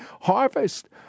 harvest